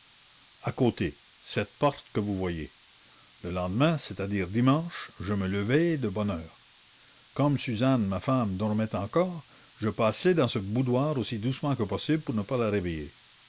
à côté cette porte que vous voyez le lendemain c'est à dire le dimanche je me levai de bonne heure comme suzanne ma femme dormait encore je passai dans ce boudoir aussi doucement que possible pour ne pas la rêveiller